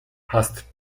hast